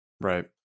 Right